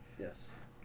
Yes